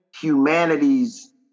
humanity's